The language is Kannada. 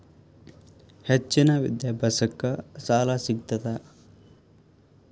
ಹೆಚ್ಚಿನ ವಿದ್ಯಾಭ್ಯಾಸಕ್ಕ ಸಾಲಾ ಸಿಗ್ತದಾ?